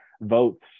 votes